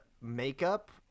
makeup